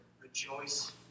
rejoice